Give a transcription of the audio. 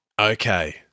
Okay